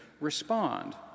respond